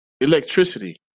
electricity